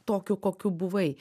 tokiu kokiu buvai